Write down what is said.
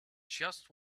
just